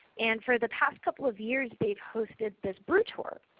and for the past couple of years they posted this brew tour.